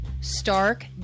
Stark